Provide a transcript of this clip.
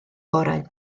gorau